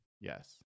yes